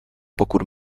pokud